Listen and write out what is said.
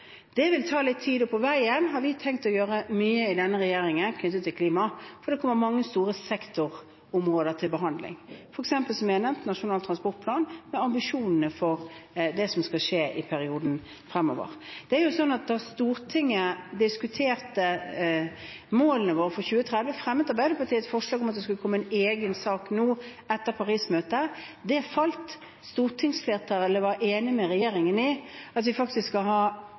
klima. Det kommer mange store sektorområder til behandling, f.eks., som jeg har nevnt, Nasjonal transportplan med ambisjonene for det som skal skje i perioden fremover. Da Stortinget diskuterte målene våre for 2030, fremmet Arbeiderpartiet et forslag om at det skulle komme en egen sak nå, etter Paris-møtet. Det falt. Stortingsflertallet var enig med regjeringen i at vi faktisk skal ha